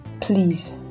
please